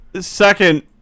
Second